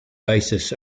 basis